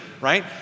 right